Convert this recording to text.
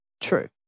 True